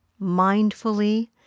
mindfully